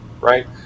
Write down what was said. right